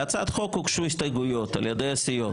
להצעת החוק הוגשו הסתייגויות על ידי הסיעות.